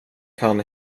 kan